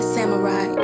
Samurai